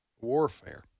warfare